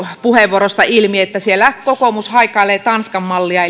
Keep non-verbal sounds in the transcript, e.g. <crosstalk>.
puheenvuorosta ilmi että siellä kokoomus haikailee tanskan mallia <unintelligible>